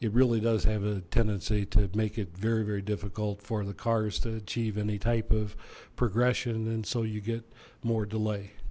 it really does have a tendency to make it very very difficult for the cars to achieve any type of progression and so you get more delay